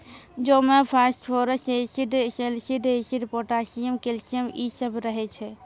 जौ मे phosphorus acid, सैलसिड एसिड, पोटाशियम, कैल्शियम इ सभ रहै छै